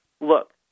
look